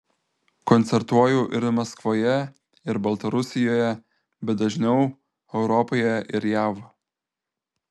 koncertuoju ir maskvoje ir baltarusijoje bet dažniau europoje ir jav